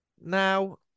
now